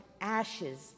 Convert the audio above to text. ashes